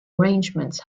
arrangements